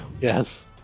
Yes